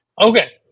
okay